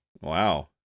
Wow